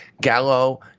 Gallo